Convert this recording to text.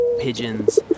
pigeons